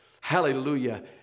Hallelujah